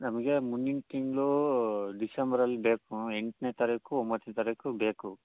ನಮಗೆ ಮುಂದಿನ ತಿಂಗಳು ಡಿಸೆಂಬರಲ್ಲಿ ಬೇಕು ಮ್ಯಾಮ್ ಎಂಟನೇ ತಾರೀಕು ಒಂಬತ್ತನೇ ತಾರೀಕು ಬೇಕು